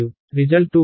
4 అయినప్పటికీ ఈ 0